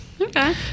Okay